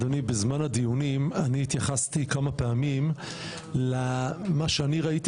בזמן הדיונים אני התייחסתי כמה פעמים למה שאני ראיתי